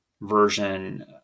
version